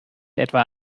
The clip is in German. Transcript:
etwa